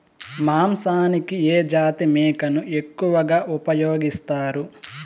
మాంసానికి ఏ జాతి మేకను ఎక్కువగా ఉపయోగిస్తారు?